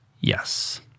Yes